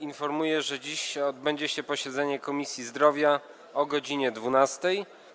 Informuję, że dziś odbędzie się posiedzenie Komisji Zdrowia o godz. 12.